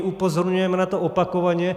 Upozorňujeme na to opakovaně.